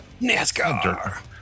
NASCAR